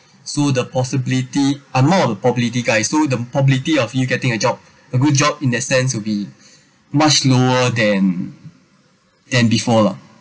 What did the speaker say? so the possibility I'm more of a probability guys the probability of you getting a job a good job in that sense will be much lower than than before lah